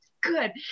good